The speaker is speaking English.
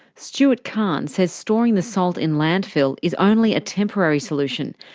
stuart khan says storing the salt in landfill is only a temporary solution,